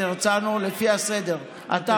באיזה